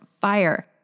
fire